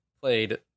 played